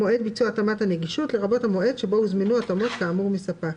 "מועד ביצוע התאמת הנגישות" לרבות המועד שבו הוזמנו התאמות כאמור מספק.